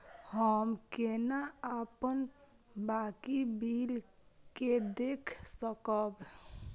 हम केना अपन बाकी बिल के देख सकब?